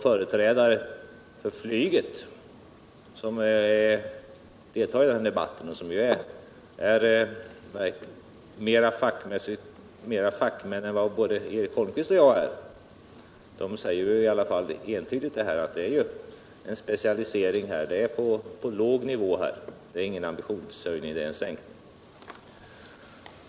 Företrädarna för flyget som deltar i den debatten, och som är mera fack män än både Eric Holmqvist och jag, säger entydigt att det är en specialisering på låg nivå. Det är ingen ambitionshöjning, utan en sänkning.